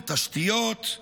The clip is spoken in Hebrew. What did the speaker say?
בתשתיות,